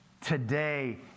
today